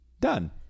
Done